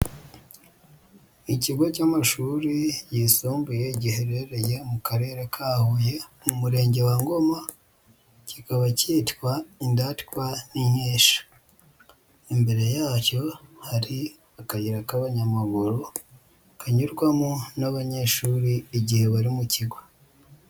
Ikigo cy'amashuri yisumbuye giherereye mu Karere ka Huye mu Murenge wa Ngoma kikaba cyitwa Indatwa n'Inkeshya, imbere yacyo hari akayira k'abanyamaguru kanyurwamo n'abanyeshuri igihe bari mu kigo.